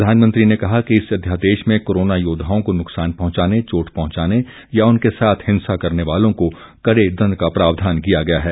प्रधानमंत्री ने कहा कि इस अध्यादेश में कोरोना योद्वाओं को नुकसान पहुंचाने चोट पहुंचाने या उनके साथ हिंसा करने वालों को कड़े दण्ड का प्रावधान किया गया है